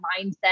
mindset